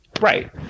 Right